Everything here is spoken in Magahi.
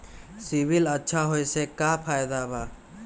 सिबिल अच्छा होऐ से का फायदा बा?